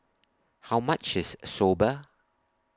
How much IS Soba